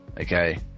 okay